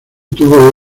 tuvo